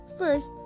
First